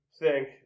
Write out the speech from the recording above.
thank